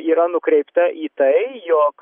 yra nukreipta į tai jog